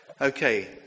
Okay